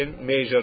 major